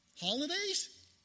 holidays